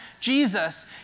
Jesus